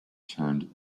turned